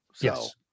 Yes